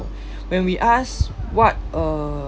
when we ask what uh